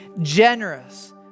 generous